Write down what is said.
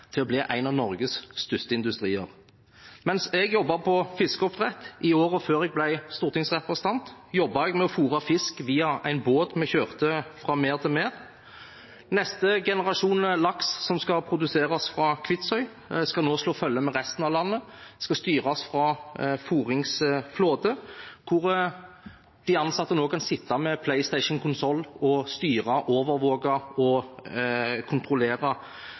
til å bli en av Norges største industrier. Mens jeg jobbet på fiskeoppdrett i årene før jeg ble stortingsrepresentant, jobbet jeg med å fôre fisk via en båt vi kjørte fra merd til merd. Neste generasjon laks som skal produseres fra Kvitsøy, skal nå slå følge med resten av landet, skal styres fra fôringsflåte, hvor de ansatte nå kan sitte med PlayStation Konsoll og styre, overvåke og kontrollere